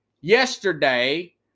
yesterday